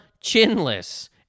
chinless